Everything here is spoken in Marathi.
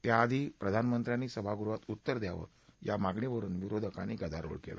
त्याआधी प्रधानमंत्र्यांनी सभागृहात उत्तर द्यावं या मागणीवरुन विरोधकांनी गदारोळ केला